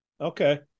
Okay